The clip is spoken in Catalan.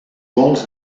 vols